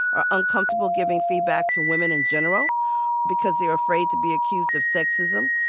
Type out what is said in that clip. are uncomfortable giving feedback to women in general because they are afraid to be accused of sexism.